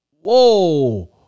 whoa